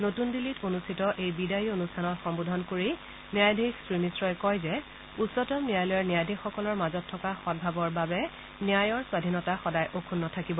নতুন দিল্লীত অনুষ্ঠিত এই বিদায়ী অনুষ্ঠানত সন্নোধন কৰি ন্যায়ধীশ শ্ৰীমিশ্ৰই কয় যে উচ্চতম ন্যায়ালয়ৰ ন্যায়াধীশ সকলৰ মাজত থকা সদভাৱৰ বাবে ন্যায়ৰ স্বাধীনতা সদায় অক্ষুণ্ণ থাকিব